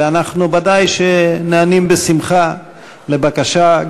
ואנחנו בוודאי נענים בשמחה לבקשה,